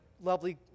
lovely